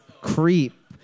Creep